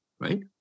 right